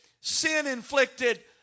sin-inflicted